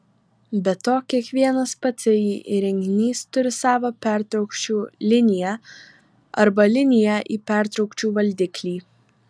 be to kiekvienas pci įrenginys turi savą pertraukčių liniją arba liniją į pertraukčių valdiklį